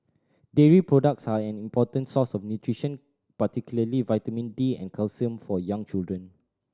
dairy products are an important source of nutrition particularly vitamin D and calcium for young children